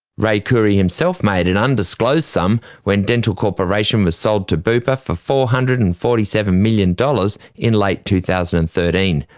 ray khouri himself made an undisclosed sum when dental corporation was sold to bupa for four hundred and forty seven million dollars in late two thousand and thirteen,